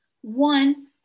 One